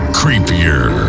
creepier